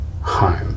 home